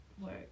work